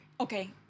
okay